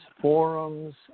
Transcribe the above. forums